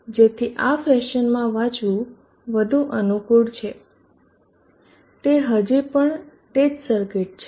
જેથી આ ફેશનમાં વાંચવું વધુ અનુકૂળ છે તે હજી પણ તે જ સર્કિટ છે